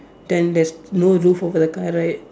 then there's no roof over the car right